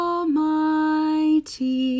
Almighty